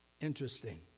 Interesting